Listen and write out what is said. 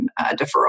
deferral